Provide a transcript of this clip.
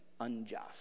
unjust